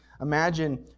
imagine